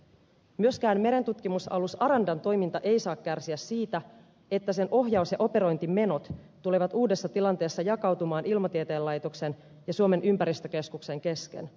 myöskään merentutkimusalus arandan toiminta ei saa kärsiä siitä että sen ohjaus ja operointimenot tulevat uudessa tilanteessa jakautumaan ilmatieteen laitoksen ja suomen ympäristökeskuksen kesken